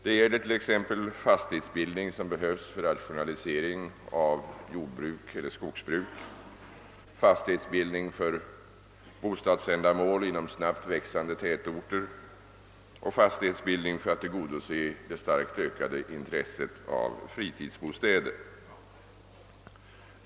Det gäller här t.ex. sådan fastighetsbildning som behövs för rationalisering av jordeller skogsbruk, för bostadsändamål inom snabbt växande tätorter samt för att tillgodose det starkt ökade intresset för fritidsbostäder.